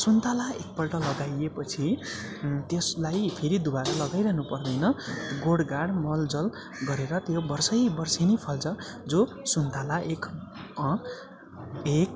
सुन्तला एकपल्ट लगाइएपछि त्यसलाई फेरि दुबारा लगाइरहनु पर्दैन गोडगाड मलजल गरेर त्यो वर्षै वर्षेनी फल्छ जो सुन्तला एक एक